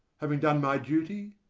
having done my duty,